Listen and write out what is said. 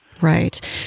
Right